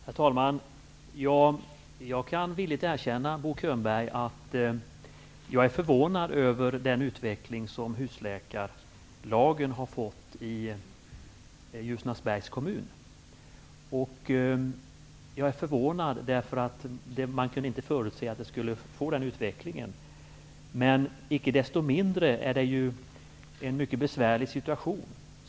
Herr talman! Jag kan villigt erkänna, Bo Könberg, att jag är förvånad över den utveckling som husläkarlagen har inneburit i Ljusnarsbergs kommun. Jag är förvånad, eftersom den inte gick att förutse. Icke desto mindre är det en mycket besvärlig situation.